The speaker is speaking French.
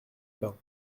bains